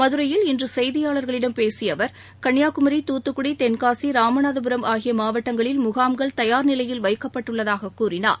மதுரையில் இன்று செய்தியாளர்களிடம் பேசிய அவர் கன்னியாகுமரி தூத்துக்குடி தெள்காசி ராமநாதபுரம் ஆகிய மாவட்டங்களில் முகாம்கள் தயார் நிலையில் வைக்கப்பட்டுள்ளதாகவும் கூறினார்